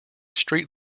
street